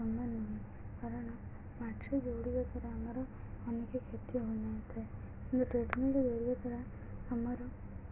ସମାନ ନୁହେଁ କାରଣ ମାଟିରେ ଦୌଡ଼ିବା ଦ୍ୱାରା ଆମର ଅନେକ କ୍ଷତି ହୋଇନଇଥାଏ କିନ୍ତୁ ଟ୍ରେଡ଼ମିଲରେ ଦୌଡ଼ିବା ଦ୍ୱାରା ଆମର